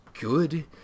good